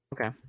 Okay